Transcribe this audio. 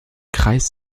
kreise